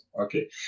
Okay